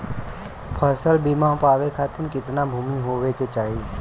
फ़सल बीमा पावे खाती कितना भूमि होवे के चाही?